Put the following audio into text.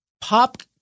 pop